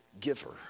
giver